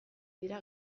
dira